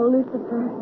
Lucifer